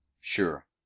Sure